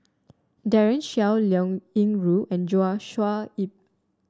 Daren Shiau Liao Yingru and Joshua Ip